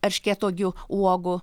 erškėtuogių uogų